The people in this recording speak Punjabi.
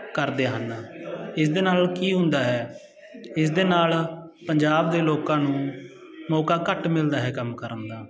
ਕਰਦੇ ਹਨ ਇਸ ਦੇ ਨਾਲ ਕੀ ਹੁੰਦਾ ਹੈ ਇਸ ਦੇ ਨਾਲ ਪੰਜਾਬ ਦੇ ਲੋਕਾਂ ਨੂੰ ਮੌਕਾ ਘੱਟ ਮਿਲਦਾ ਹੈ ਕੰਮ ਕਰਨ ਦਾ